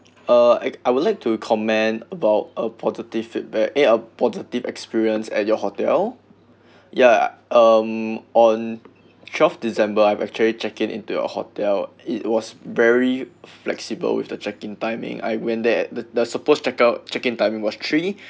uh I would like to comment about a positive feedback eh positive experience at your hotel ya um on twelve december I've actually check in into your hotel it was very flexible with the check in timing I went there at the the supposed check in timing was three